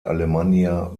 alemannia